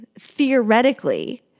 theoretically